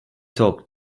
talk